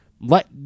let